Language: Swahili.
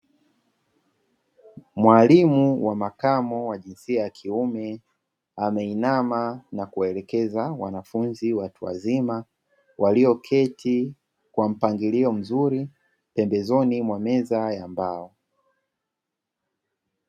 Mwalimu wa makamo wa jinsia ya kiume ameinama na kuwaelekeza wanafunzi watu wazima walioketi kwa mpangilio mzuri pembezoni mwa meza ya mbao.